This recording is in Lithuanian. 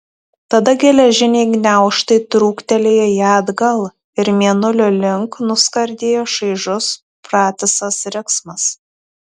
tada geležiniai gniaužtai trūktelėjo ją atgal ir mėnulio link nuskardėjo šaižus pratisas riksmas